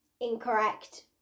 incorrect